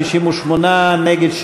בעד, 58, נגד,